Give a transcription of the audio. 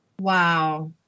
Wow